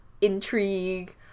intrigue